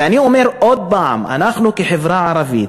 ואני אומר עוד פעם: אנחנו כחברה ערבית,